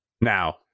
Now